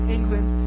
England